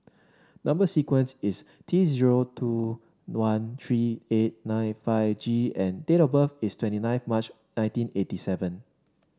number sequence is T zero two one three eight nine five G and date of birth is twenty nine March nineteen eighty seven